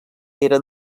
era